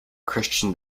christian